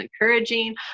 encouraging